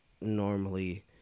normally